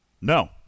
No